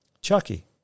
Chucky